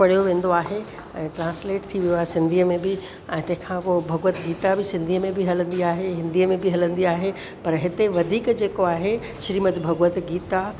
पढ़ियो वेंदो आहे ऐं ट्रांस्लेट थी वियो आहे सिंधीअ में बि ऐं तंहिं खां पोइ भॻवद गीता बि सिंधीअ में हलंदी आहे हिंदीअ में बि हलंदी आहे पर हिते वधीक जेको आहे श्रीमद भॻवत गीता